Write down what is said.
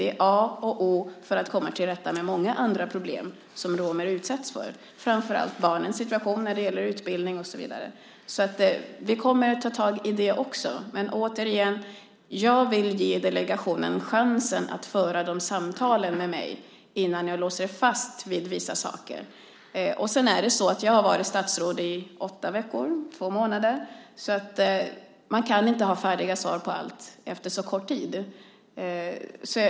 Det är A och O för att komma till rätta med många andra problem som romer utsätts för, framför allt barnens situation när det gäller utbildning och så vidare. Vi kommer att ta tag i detta också, men återigen: Jag vill ge delegationen chansen att föra de samtalen med mig innan jag låser fast den vid vissa saker. Sedan är det så att jag har varit statsråd i åtta veckor, två månader. Man kan inte ha färdiga svar på allt efter så kort tid.